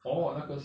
comfort delgro